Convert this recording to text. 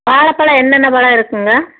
வாழப்பழம் என்னென்ன பழம் இருக்குங்க